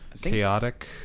chaotic